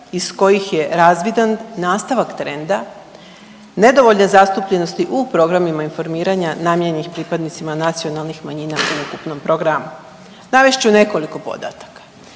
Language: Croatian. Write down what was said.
iz kojih je razvidan nastavak trenda nedovoljne zastupljenosti u programima informiranja namijenjenih pripadnicima nacionalnih manjina u ukupnom programu. Navest ću nekoliko podataka.